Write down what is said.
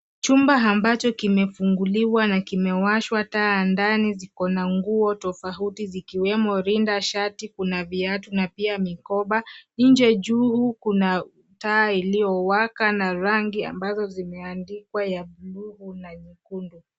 Chumba ambacho kimefunguliwa na kimewashwa taa ndani zikona nguo tofauti zikiwemo rinda, shati, kuna viatu, na pia mikoba. Nje juu, kuna taa iliowaka na rangi ambazo zimeandikwa ya blue na nyekundu.